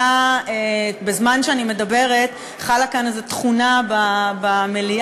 בזמן שאני מדברת חלה כאן איזו תכונה במליאה,